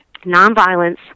nonviolence